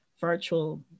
virtual